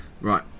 Right